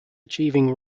achieving